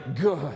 good